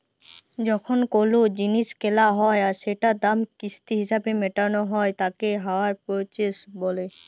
যখন কোলো জিলিস কেলা হ্যয় আর সেটার দাম কিস্তি হিসেবে মেটালো হ্য়য় তাকে হাইয়ার পারচেস বলে